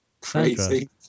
Crazy